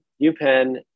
UPenn